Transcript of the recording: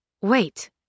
Wait